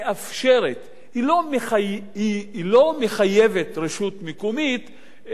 היא לא מחייבת רשות מקומית לעשות את הדבר הזה.